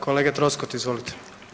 Kolega Troskot izvolite.